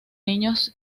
niños